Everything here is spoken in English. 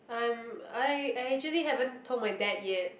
I'm I I actually haven't told my dad yet